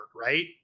right